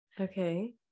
Okay